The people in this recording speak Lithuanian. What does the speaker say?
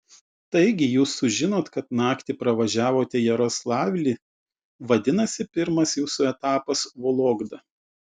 taigi jūs sužinot kad naktį pravažiavote jaroslavlį vadinasi pirmas jūsų etapas vologda